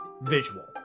visual